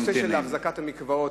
נושא אחזקת המקוואות,